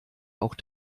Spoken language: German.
auch